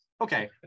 Okay